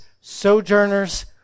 sojourners